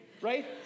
right